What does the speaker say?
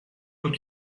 بود